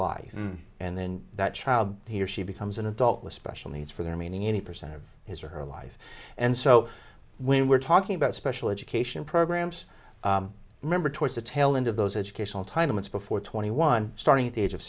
life and then that child he or she becomes an adult with special needs for their meaning any percent of his or her life and so when we're talking about special education programs remember towards the tail end of those educational time limits before twenty one starting at the age of